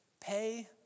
pay